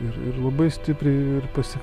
ir ir labai stipriai ir pas